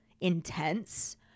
intense